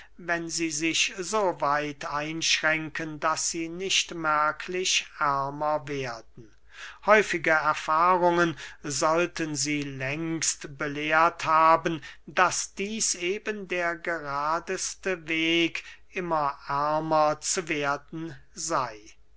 wenn sie sich so weit einschränken daß sie nicht merklich ärmer werden häufige erfahrungen sollten sie längst belehrt haben daß dieß eben der geradeste weg immer ärmer zu werden sey